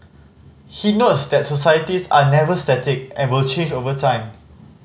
he notes that societies are never static and will change over time